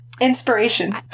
inspiration